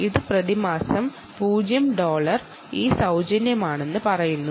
ഇത് പ്രതിമാസം 0 ഡോളർ അതായത് സൌജന്യമാണെന്ന് പറയുന്നു